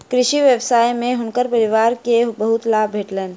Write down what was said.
कृषि व्यवसाय में हुनकर परिवार के बहुत लाभ भेटलैन